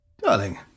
Darling